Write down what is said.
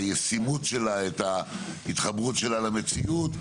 את הישימות שלה ואת ההתחברות שלה למציאות.